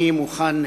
אני מוכן,